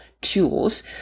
tools